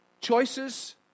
Choices